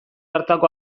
hartako